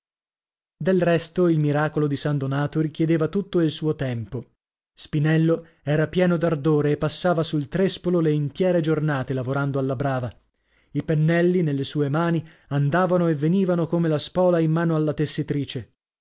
del resto il miracolo di san donato richiedeva tutto il suo tempo spinello era pieno d'ardore e passava sul trespolo le intiere giornate lavorando alla brava i pennelli nelle sue mani andavano e venivano come la spola in mano alla tessitrice